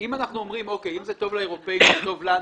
אם אנחנו אומרים: אם זה טוב לאירופאים זה טוב לנו,